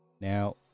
now